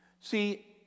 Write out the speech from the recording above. See